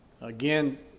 again